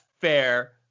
fair